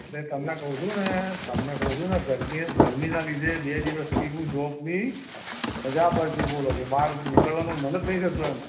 એટલે તમને કહું છું ને તમને કહું છું ને ગરમી ગરમીનાં લીધે બે દિવસથી હું જૉબની રજા પર છું બોલો કે બહાર નીકળવાનું મન જ નથી થતું એમ